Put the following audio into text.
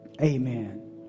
Amen